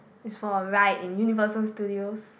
is for a ride in Universal-Studios